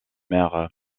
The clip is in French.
mère